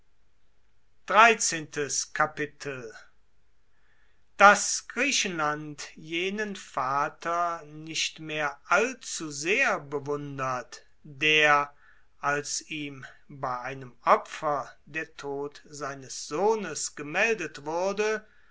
daß griechenland jenen vater nicht mehr allzusehr bewundert der als ihm bei einem opfer der tod seines sohnes gemeldet wurde